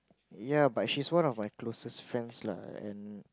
ya but she's one of my closest friends lah and